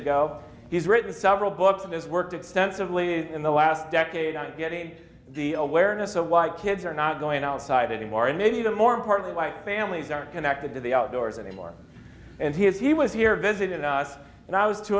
ago he's written several books and has worked extensively in the last decade on getting the awareness of why kids are not going outside anymore and maybe the more important like families are connected to the outdoors anymore and he is he was here visiting us and i was t